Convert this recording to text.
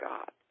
God